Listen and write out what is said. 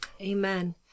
Amen